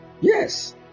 Yes